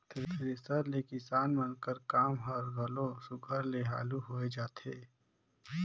thresher ले किसान मन कर काम हर घलो सुग्घर ले हालु होए जाथे